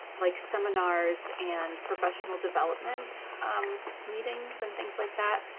like, seminars and professional development meetings and things like that,